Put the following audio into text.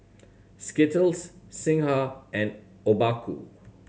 Skittles Singha and Obaku